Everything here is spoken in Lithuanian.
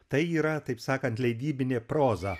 tai yra taip sakant leidybinė proza